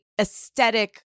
aesthetic